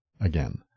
again